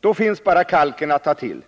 Då finns bara kalken att ta till,